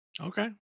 Okay